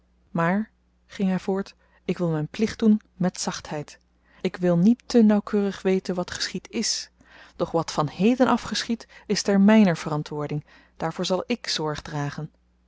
maar ging hy voort ik wil myn plicht doen met zachtheid ik wil niet te nauwkeurig weten wat geschied is doch wat van heden af geschiedt is ter myner verantwoording daarvoor zal ik zorg dragen